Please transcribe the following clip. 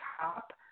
top